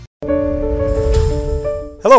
Hello